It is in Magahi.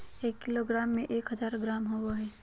एक किलोग्राम में एक हजार ग्राम होबो हइ